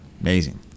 Amazing